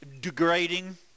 degrading